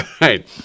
right